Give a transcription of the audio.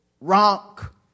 rock